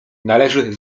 należy